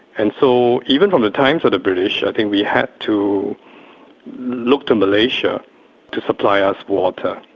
and so even from the times of the british, i think we had to look to malaysia to supply us water,